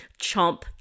chomp